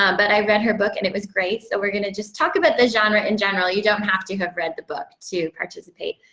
um but i read her book, and it was great. so we're going to just talk about the genre, in general. you don't have to have read the book to participate.